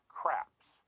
craps